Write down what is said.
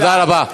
תודה רבה.